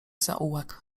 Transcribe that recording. zaułek